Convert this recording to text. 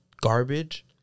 garbage